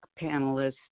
panelists